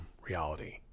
reality